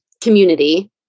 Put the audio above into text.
community